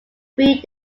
three